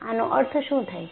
આનો અર્થ શું થાય છે